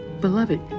Beloved